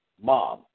Mom